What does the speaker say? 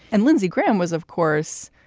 and lindsey graham was, of course,